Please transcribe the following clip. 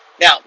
Now